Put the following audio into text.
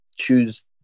choose